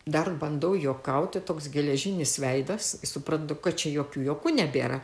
dar bandau juokauti toks geležinis veidas suprantu kad čia jokių juokų nebėra